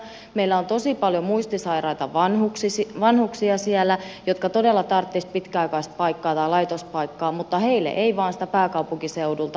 meillä on tosi paljon muistisairaita vanhuksia siellä jotka todella tarvitsisivat pitkäaikaispaikkaa tai laitospaikkaa mutta heille ei vain sitä pääkaupunkiseudulta löydy